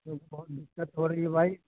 بہت دقت ہو رہی ہے بھائی